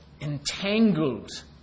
entangled